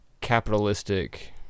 capitalistic